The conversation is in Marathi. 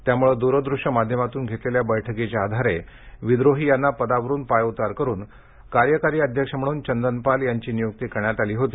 त्यामुळे दूरदृश्य माध्यमातून घेतलेल्या बैठकीच्या आधारे विद्रोही यांना पदावरुन पायउतार करुन कार्यकारी अध्यक्ष म्हणून चंदन पाल यांची नियुक्ती करण्यात आली होती